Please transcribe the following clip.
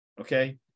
Okay